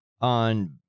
on